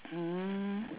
mm